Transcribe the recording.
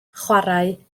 chwarae